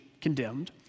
condemned